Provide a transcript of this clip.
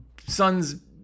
son's